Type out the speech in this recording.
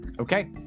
Okay